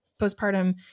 postpartum